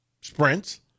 sprints